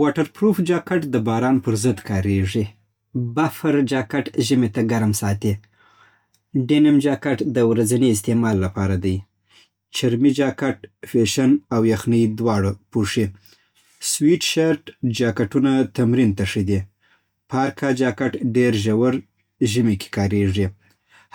واټر پروف جاکټ د باران پر ضد کارېږي. پافر جاکټ ژمي ته ګرم ساتي. ډینم جاکټ د ورځني استعمال لپاره دی. چرمی جاکټ فیشن او یخني دواړه پوښي. سویټ شرت جاکټونه تمرین ته ښه دي. پارکا جاکټ ډېر ژور ژمی کې کارېږي.